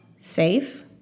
safe